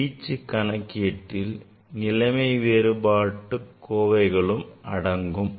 வீச்சு கணக்கீட்டில் நிலைமை வேறுபாட்டு கோவைகளும் அடங்கும்